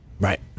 Right